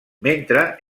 mentre